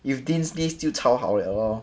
if dean's list 就超好 liao lor